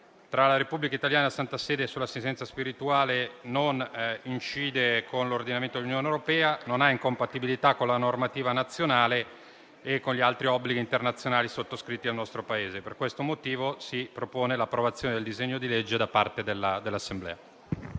tra la Repubblica italiana e la Santa Sede sull'assistenza spirituale non incide sull'ordinamento dell'Unione europea e non presenta incompatibilità con la normativa nazionale e con gli altri obblighi internazionali sottoscritti dal nostro Paese. Per questo motivo si propone l'approvazione del disegno di legge da parte dell'Assemblea.